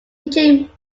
teaching